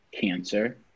cancer